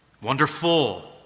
Wonderful